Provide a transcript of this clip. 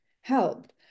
helped